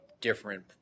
different